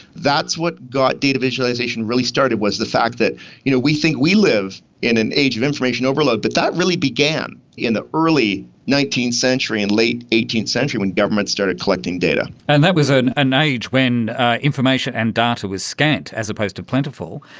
that's what got data visualisation really started, was the fact that you know we think we live in an age of information overload but that really began in the early nineteenth century, and late eighteenth century when governments started collecting data. and that was an an age when information and data was scant as opposed to plentiful.